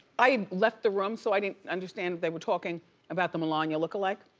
i left the room so i didn't understand they were talking about the melania lookalike.